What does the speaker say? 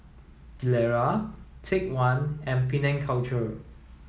Gilera Take One and Penang Culture